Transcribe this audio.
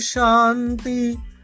Shanti